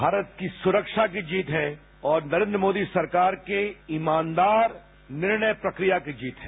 मात्र की सुक्षा की जीत है और नरेन्न्र मोदी सरकार के ईमानदार निर्णय प्रक्रिया की जीत है